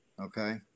Okay